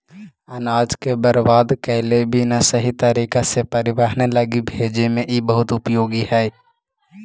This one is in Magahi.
अनाज के बर्बाद कैले बिना सही तरीका से परिवहन लगी भेजे में इ बहुत उपयोगी हई